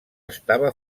estava